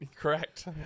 correct